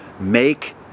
make